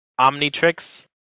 Omnitrix